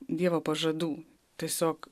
dievo pažadų tiesiog